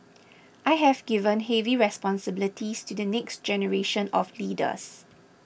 I have given heavy responsibilities to the next generation of leaders